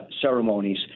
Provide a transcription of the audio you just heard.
ceremonies